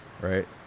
right